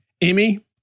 Amy